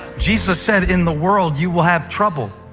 jesus said, in the world you will have trouble,